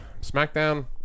SmackDown